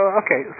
okay